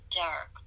dark